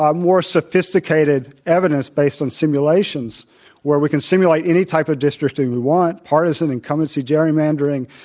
um more sophisticated evidence based on simulations where we can simulate any type of districting we want, partisan, incumbency, gerrymandering,